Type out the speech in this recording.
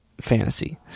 fantasy